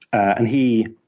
and he